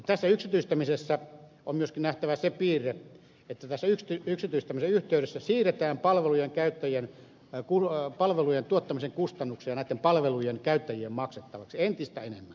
tässä yksityistämisessä on myöskin nähtävä se piirre että tässä yhtiön yksityistämisellä töölössä tiedetään palvelujen yksityistämisen yhteydessä siirretään palvelujen tuottamisen kustannuksia näitten palvelujen käyttäjien maksettavaksi entistä enemmän